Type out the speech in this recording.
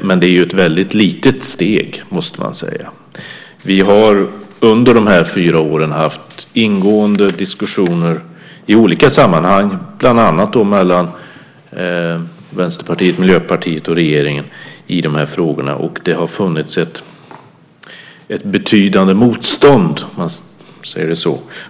Men det är ett väldigt litet steg, måste man säga. Under de gångna fyra åren har vi haft ingående diskussioner i olika sammanhang, bland annat mellan Vänsterpartiet, Miljöpartiet och regeringen, i de här frågorna. Det har funnits ett betydande motstånd